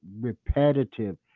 repetitive